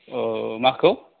माखौ